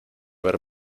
ver